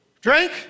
drink